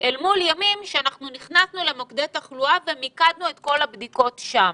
אל מול ימים שנכנסנו למוקדי תחלואה ומיקדנו את כל הבדיקות שם.